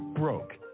broke